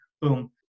boom